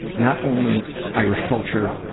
not only irish culture,